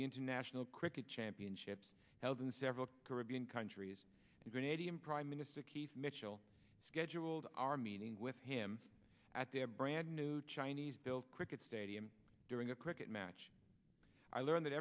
the international cricket championships held in several caribbean countries and grenadian prime minister keith mitchell scheduled our meeting with him at their brand new chinese built cricket stadium during a cricket match i learned that